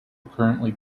currently